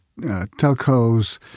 telcos